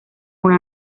una